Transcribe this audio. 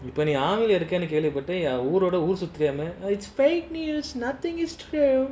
இப்பொனீ:ipone also clear meh it's fake news nothing is clear